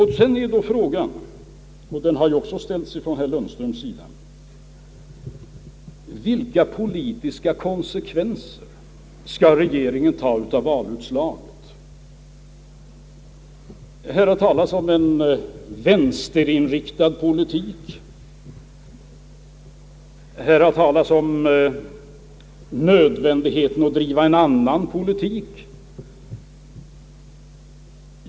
Herr Lundström ställde frågan, vilka politiska konsekvenser regeringen skall ta av valutuslaget. Här har talats om en vänsterinriktad politik och här har talats om nödvändigheten av att driva en annan politik.